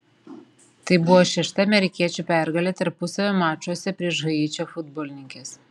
tai buvo šešta amerikiečių pergalė tarpusavio mačuose prieš haičio futbolininkes